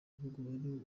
b’ibihugu